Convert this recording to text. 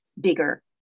bigger